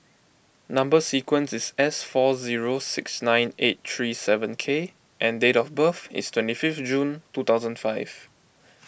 Number Sequence is S four zero six nine eight three seven K and date of birth is twenty five June two thousand five